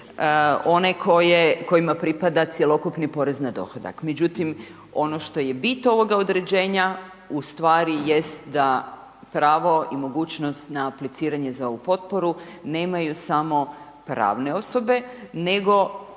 one kojima pripada cjelokupni porez na dohodak. Međutim, ono što je bit ovoga određenja ustvari jest da pravo i mogućnost na apliciranje za ovu potporu nemaju samo pravne osobe nego